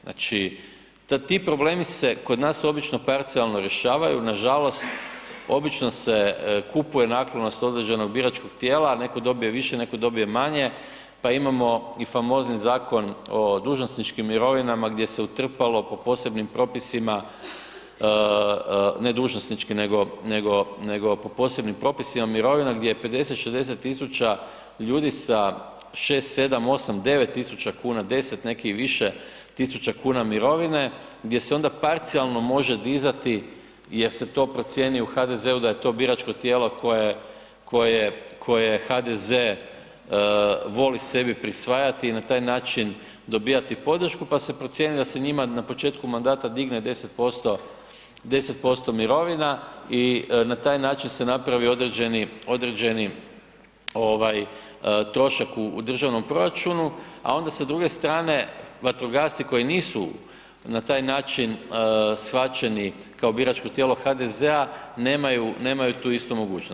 Znači, ti problemi se kod nas obično parcijalno rješavaju, nažalost obično se kupuje naklonost određenog biračkog tijela, neko dobije više, neko dobije manje, pa imamo i famozni Zakon o dužnosničkim mirovinama gdje se utrpalo po posebnim propisima, ne dužnosnički nego, nego, nego po posebnim propisima mirovina gdje je 50-60 000 ljudi sa 6, 7, 8, 9.000,00 kn, 10, neki i više tisuća kuna mirovine gdje se onda parcijalno može dizati, jer se to procijeni u HDZ-u da je to biračko tijelo koje, koje, koje HDZ voli sebi prisvajati i na taj način dobivati podršku, pa se procijeni da se njima na početku mandata digne 10%, 10% mirovina i na taj način se napravi određeni, određeni ovaj trošak u državnom proračunu, a onda sa druge strane vatrogasci koji nisu na taj način shvaćeni kao biračko tijelo HDZ-a, nemaju, nemaju tu istu mogućnost.